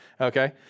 Okay